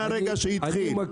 מה שנתתם בחוק ההסדרים נעביר לכם.